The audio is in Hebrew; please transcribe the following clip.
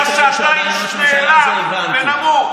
בגלל שאתה איש נאלח ונמוך.